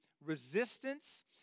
resistance